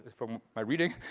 from my reading,